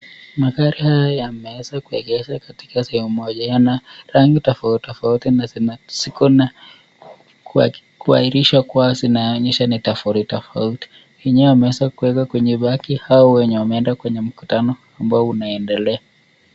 Magari haya yameeza kuegeshwa katika sehemu moja, yana rangi tofauti tofauti na ziko , imeahirishwa kuwa ni za kampuni tofauti tofauti. Zimeegeshwa ili waweze kuenda kwa mkutano ambao unaendelea.